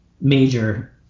major